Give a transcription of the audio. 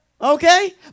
Okay